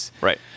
Right